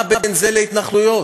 מה בין זה להתנחלויות?